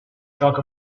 talk